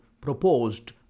proposed